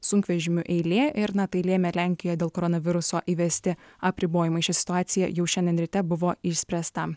sunkvežimių eilė ir na tai lėmė lenkijoj dėl koronaviruso įvesti apribojimai ši situacija jau šiandien ryte buvo išspręsta